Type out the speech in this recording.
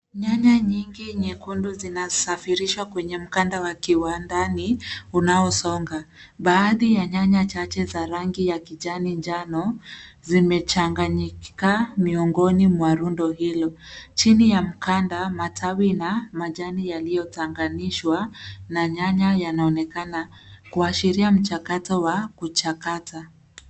Nyanya nyingi nyekundu zinasafirishwa kwenye mkanda wa kiwandani unaosonga. Baadhi ya nyanya chache za rangi ya kijani njano zimechanganyikiwa miongoni mwa rundo hilo. Chini ya mkanda matawi na majani yaliyotanganishwa na nyanya yanaonekana kuashiria mchakato wa kuchakata.